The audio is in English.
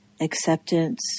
acceptance